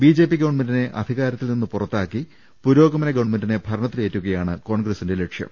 BJP ഗവൺമെന്റിനെ അധികാരത്തിൽ നിന്ന് പുറത്താക്കി പുരോഗമന ഗവൺമെന്റിനെ ഭരണത്തിലേറ്റുകയാണ് കോൺഗ്രസിന്റെ ലക്ഷ്യം